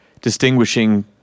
distinguishing